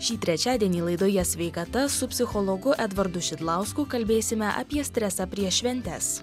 šį trečiadienį laidoje sveikata su psichologu edvardu šidlausku kalbėsime apie stresą prieš šventes